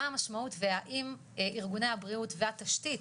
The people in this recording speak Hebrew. מה המשמעות והאם ארגוני הבריאות והתשתית,